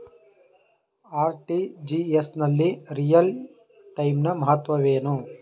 RTGS ನಲ್ಲಿ real time ನ ಮಹತ್ವವೇನು?